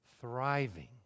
Thriving